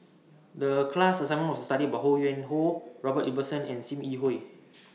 The class assignment was to study about Ho Yuen Hoe Robert Ibbetson and SIM Yi Hui